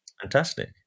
Fantastic